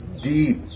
deep